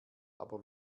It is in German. aber